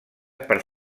per